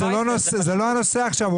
זה לא הנושא עכשיו.